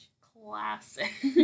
Classic